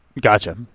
gotcha